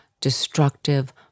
destructive